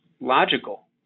logical